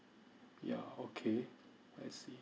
ya okay I see